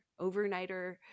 overnighter